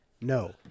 no